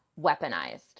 weaponized